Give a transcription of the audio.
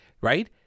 right